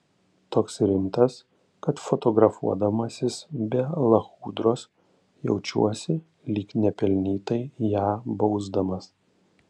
toks rimtas kad fotografuodamasis be lachudros jaučiuosi lyg nepelnytai ją bausdamas